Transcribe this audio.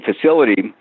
facility